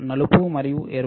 నలుపు మరియు ఎరుపు